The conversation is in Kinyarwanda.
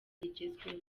rigezweho